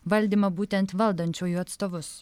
valdymą būtent valdančiųjų atstovus